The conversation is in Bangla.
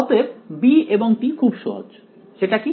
অতএব b এবং t খুব সহজ সেটা কি